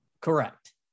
Correct